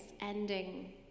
ending